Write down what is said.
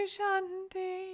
Shanti